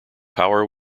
power